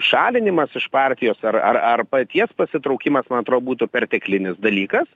šalinimas iš partijos ar ar ar paties pasitraukimas man atrodo būtų perteklinis dalykas